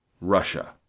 Russia